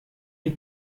die